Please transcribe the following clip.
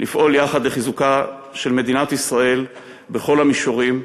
לפעול יחד לחיזוקה של מדינת ישראל בכל המישורים,